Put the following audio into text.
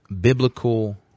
biblical